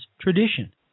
tradition